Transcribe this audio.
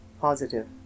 Positive